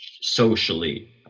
socially